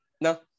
No